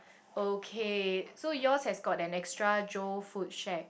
okay so yours has got an extra Joe food shack